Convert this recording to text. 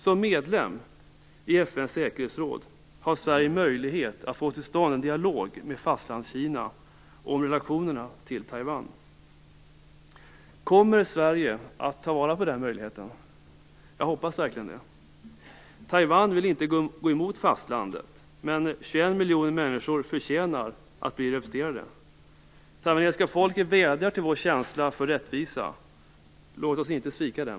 Som medlem i FN:s säkerhetsråd har Sverige möjlighet att få till stånd en dialog med Fastlandskina om relationerna till Taiwan. Kommer Sverige att ta vara på den möjligheten? Jag hoppas verkligen det. Taiwan vill inte gå emot fastlandet, men 21 miljoner människor förtjänar att bli representerade. Taiwanesiska folket vädjar till vår känsla för rättvisa. Låt oss inte svika dem!